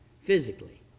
physically